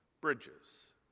bridges